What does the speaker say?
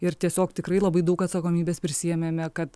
ir tiesiog tikrai labai daug atsakomybės prisiėmėme kad